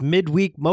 Midweek